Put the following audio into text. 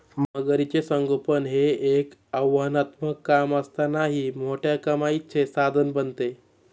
मगरीचे संगोपन हे एक आव्हानात्मक काम असतानाही मोठ्या कमाईचे साधन बनते